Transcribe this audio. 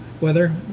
Weather